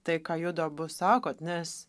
tai ką judu abu sakot nes